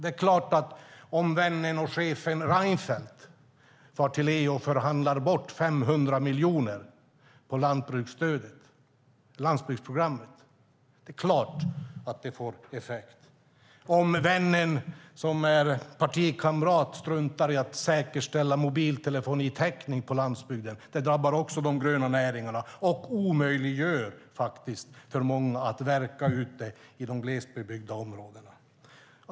Om vännen och chefen Reinfeldt far till EU och förhandlar bort 500 miljoner i landsbygdsprogrammet är det klart att det får effekt. Om vännen, som är partikamrat, struntar i att säkerställa mobiltelefonitäckning på landsbygden drabbar det de gröna näringarna och omöjliggör för många att verka ute i de glesbebyggda områdena.